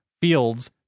fields